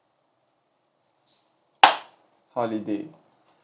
holiday